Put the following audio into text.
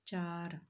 ਚਾਰ